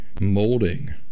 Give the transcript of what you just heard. molding